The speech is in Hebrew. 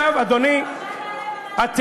עכשיו, אדוני, של נעליך מעל רגליך.